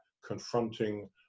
confronting